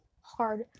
hard